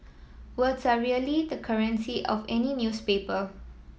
words are really the currency of any newspaper